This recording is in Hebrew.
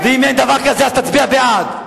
ואם אין דבר כזה, תצביע בעד.